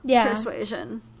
persuasion